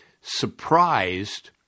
surprised